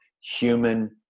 human